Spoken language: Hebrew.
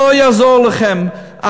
לא יעזור לכם,